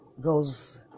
goes